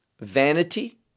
vanity